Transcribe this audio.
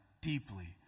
deeply